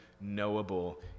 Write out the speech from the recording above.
knowable